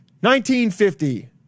1950